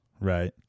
Right